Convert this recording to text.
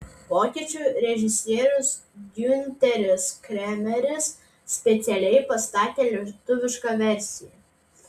vokiečių režisierius giunteris kremeris specialiai pastatė lietuvišką versiją